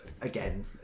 again